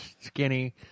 skinny